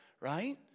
Right